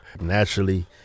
Naturally